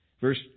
Verse